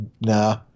nah